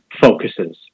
focuses